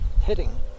hitting